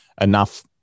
enough